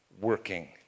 working